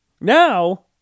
Now